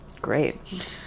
Great